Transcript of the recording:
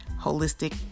holistic